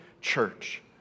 church